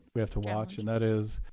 we have to watch. and that is